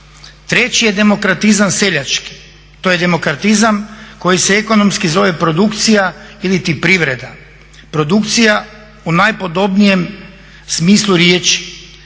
Treći je demokratizam seljački, to je demokratizam koji se ekonomski zove produkcija ili privreda. Produkcija u najpodobnijem smislu riječi.